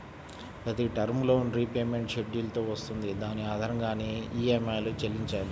ప్రతి term loan repayment schedule తో వస్తుంది దాని ఆధారంగానే ఈఎంఐలను చెల్లించాలి